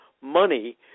money